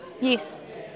yes